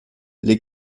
les